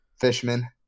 fishman